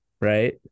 right